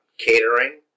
Catering